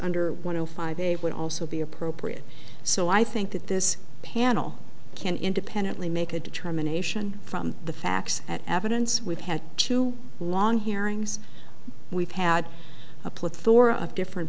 under one hundred five they would also be appropriate so i think that this panel can independently make a determination from the facts at evidence with had two long hearings we've had a plethora of different